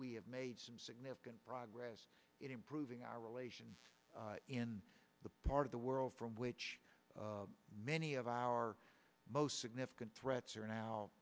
we have made some significant progress in improving our relations in the part of the world from which many of our most significant threats are now